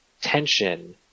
tension